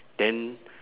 then